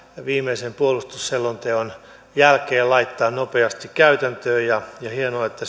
viimeisen puolustusselonteon jälkeen laittaa nopeasti käytäntöön ja on hienoa että